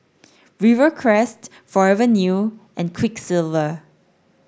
Rivercrest Forever New and Quiksilver